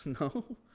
No